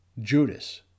Judas